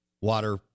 water